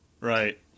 Right